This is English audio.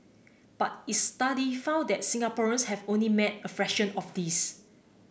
but its study found that Singaporeans have only met a fraction of this